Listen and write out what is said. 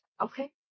Okay